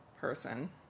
person